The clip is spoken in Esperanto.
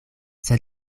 sed